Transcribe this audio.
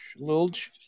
Lilj